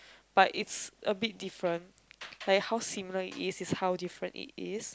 but it's a bit different like how similar it is is how different it is